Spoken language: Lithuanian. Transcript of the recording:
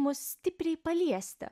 mus stipriai paliesti